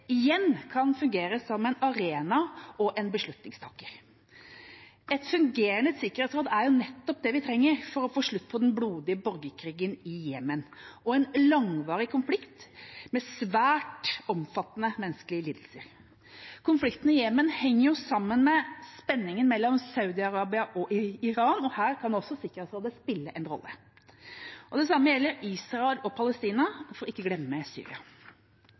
igjen kan fungere som en arena og en beslutningstaker. Et fungerende sikkerhetsråd er nettopp det vi trenger for å få slutt på den blodige borgerkrigen i Jemen, en langvarig konflikt med svært omfattende menneskelige lidelser. Konflikten i Jemen henger sammen med spenningen mellom Saudi-Arabia og Iran. Her kan Sikkerhetsrådet spille en rolle. Det samme gjelder Israel og Palestina og – for ikke å glemme – Syria.